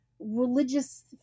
religious